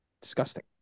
Disgusting